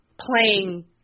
playing